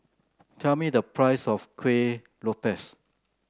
tell me the price of Kuih Lopes